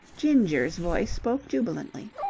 ginger's voice spoke jubilantly.